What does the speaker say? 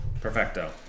Perfecto